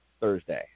Thursday